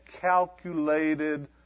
calculated